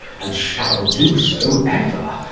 and shall do so ever,